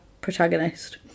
protagonist